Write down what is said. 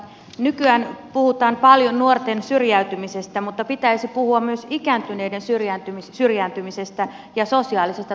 nykyään puhutaan paljon nuorten syrjäytymisestä mutta pitäisi puhua myös ikääntyneiden syrjäytymisestä ja sosiaalisesta turvattomuudesta